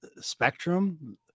spectrum